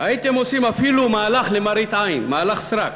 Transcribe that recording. הייתם עושים אפילו מהלך למראית עין, מהלך סרק,